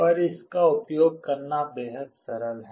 पर इसका उपयोग करना बेहद सरल है